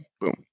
Boom